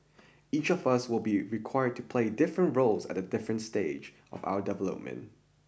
each of us will be required to play different roles at a different stage of our development